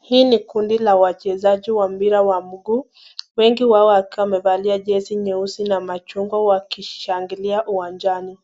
Hii ni kundi la wachezaji wa mpira wa mguu, wengi wao wakiwa wamevalia jezi nyeusi na machungwa wakishangilia uwanjani.